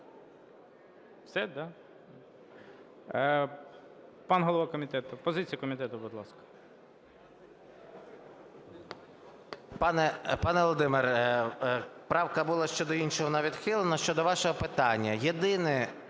Пане Володимир, правка була щодо іншого, вона відхилена. А щодо вашого питання.